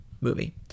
movie